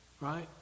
right